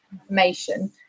information